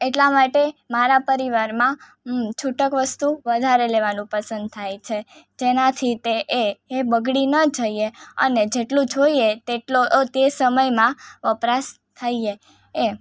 એટલા માટે મારા પરિવારમાં છૂટક વસ્તુ વધારે લેવાનું પસંદ થાય છે જેનાથી તે એ બગડી ન જઈએ અને જેટલું જોઈએ તેટલો અ તે સમયમાં વપરાશ થઈએ એમ